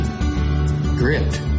grit